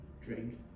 drink